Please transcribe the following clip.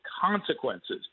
consequences